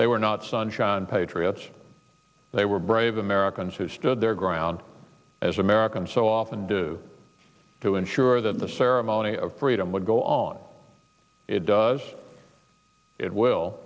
they were not sunshine patriots they were brave americans who stood their ground as americans so often do to ensure that the ceremony of freedom would go on it does it will